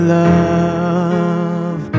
love